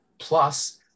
plus